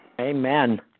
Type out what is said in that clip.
Amen